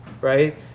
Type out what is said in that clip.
right